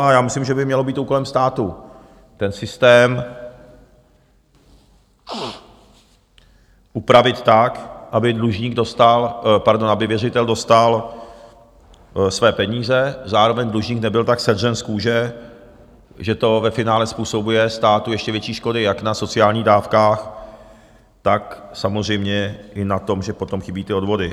A já myslím, že by mělo být úkolem státu ten systém upravit tak, aby dlužník dostal... pardon, aby věřitel dostal své peníze, zároveň dlužník nebyl tak sedřen z kůže, že to ve finále způsobuje státu ještě větší škody jak na sociální dávkách, tak samozřejmě i na tom, že potom chybí ty odvody.